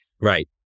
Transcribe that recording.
Right